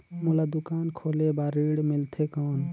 मोला दुकान खोले बार ऋण मिलथे कौन?